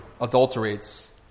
adulterates